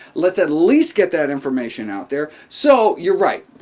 let's at least get that information out there. so you're right.